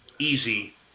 easy